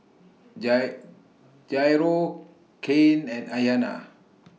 Jairo Cain and Ayana